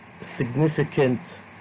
significant